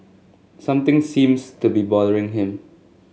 something seems to be bothering him